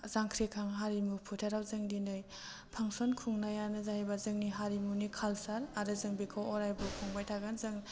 जांख्रिख्रां हारिमु फोथाराव जों दिनै फान्सन खुंनायानो जाहैबाय जोंनि हारिमुनि कालसार आरो जों बिखौ अरायबो खुंबाय थागोन जों